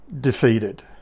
defeated